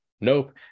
Nope